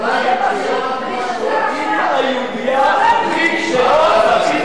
היא היהודייה הכי כשרה והכי,